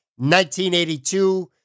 1982